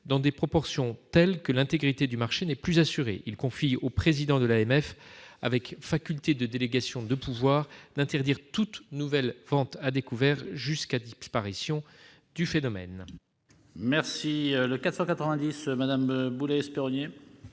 dans des proportions telles que l'intégrité du marché n'est plus assurée. Il confie au président de l'AMF, avec faculté de délégation, le pouvoir d'interdire toute nouvelle vente à découvert jusqu'à disparition du phénomène.